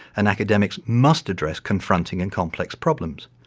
and academics must address confronting and complex problems.